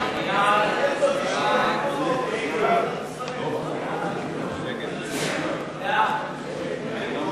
ההסתייגות של קבוצת סיעת העבודה וקבוצת סיעת קדימה לסעיף 29